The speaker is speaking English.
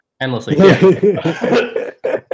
endlessly